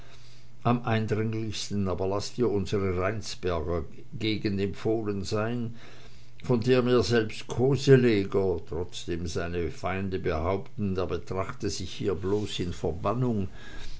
am eindringlichsten aber laß dir unsre rheinsberger gegend empfohlen sein von der mir selbst koseleger trotzdem seine feinde behaupten er betrachte sich hier bloß wie in verbannung